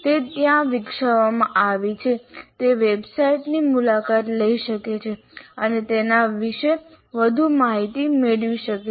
તે ત્યાં વિકસાવવામાં આવી છે તે વેબસાઇટની મુલાકાત લઇ શકે છે અને તેના વિશે વધુ માહિતી મેળવી શકે છે